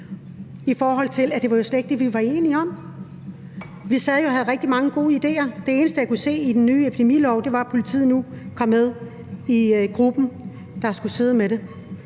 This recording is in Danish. i forhold til at det jo slet ikke var det, vi var enige om. Vi sad og havde rigtig mange gode idéer, men det eneste, jeg kunne se i den nye epidemilov, var, at politiet nu kom med i gruppen, der skulle sidde med det.